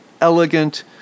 elegant